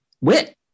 Wit